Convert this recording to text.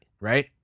right